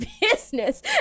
business